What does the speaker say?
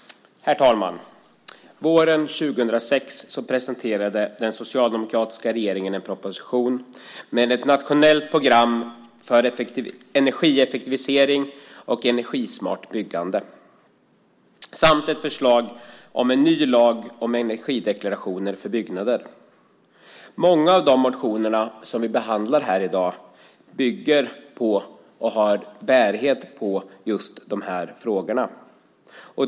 Våren 2006 presenterade den socialdemokratiska regeringen en proposition om ett nationellt program för energieffektivisering och energismart byggande samt ett förslag om en ny lag om energideklarationer för byggnader. Många av de motioner som vi behandlar här i dag bygger på just dessa frågor.